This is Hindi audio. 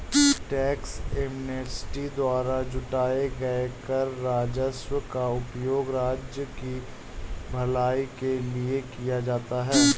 टैक्स एमनेस्टी द्वारा जुटाए गए कर राजस्व का उपयोग राज्य की भलाई के लिए किया जाता है